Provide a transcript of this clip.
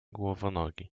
głowonogi